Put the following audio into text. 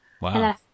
Wow